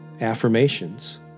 affirmations